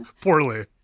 poorly